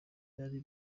byari